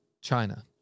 China